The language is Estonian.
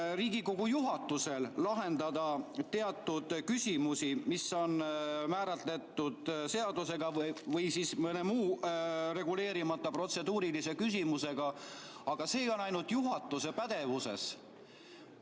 Riigikogu juhatusel lahendada teatud küsimusi, mis on määratletud seadusega või siis mõne muu reguleerimata protseduurilise küsimusega, aga see on ainult juhatuse pädevuses.